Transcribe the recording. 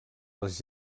les